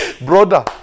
brother